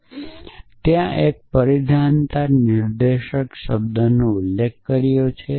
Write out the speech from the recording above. આપણે ત્યાં પરાધીનતા નિર્દેશિત શબ્દનો ઉલ્લેખ કર્યો હતો